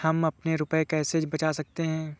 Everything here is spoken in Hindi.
हम अपने रुपये कैसे बचा सकते हैं?